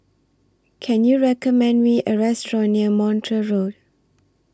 Can YOU recommend Me A Restaurant near Montreal Road